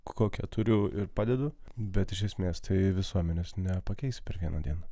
kokią turiu ir padedu bet iš esmės tai visuomenės nepakeis per vieną dieną